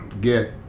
get